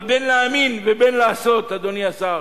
אבל בין להאמין ובין לעשות, אדוני השר,